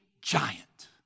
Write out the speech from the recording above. giant